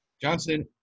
Johnson